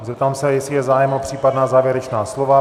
Zeptám se, jestli je zájem o případná závěrečná slova.